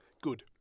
Good